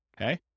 okay